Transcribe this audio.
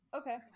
Okay